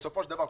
בסופו של דבר,